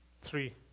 Three